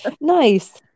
nice